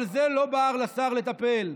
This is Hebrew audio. אבל בזה לא בער לשר לטפל.